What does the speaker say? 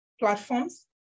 platforms